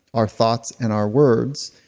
our thoughts and our words,